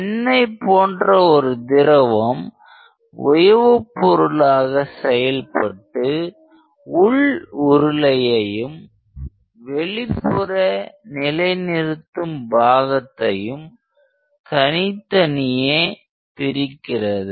எண்ணெய் போன்ற ஒரு திரவம் உயவுப் பொருளாக செயல்பட்டு உள் உருளையையும் வெளிப்புற நிலைநிறுத்தும் பாகத்தையும் தனித்தனியே பிரிக்கிறது